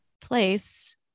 place